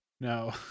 No